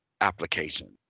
application